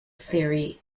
theory